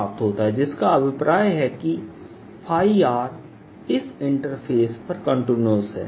प्राप्त होता है जिसका अभिप्राय है कि इस इंटरफेस पर कंटीन्यूअस है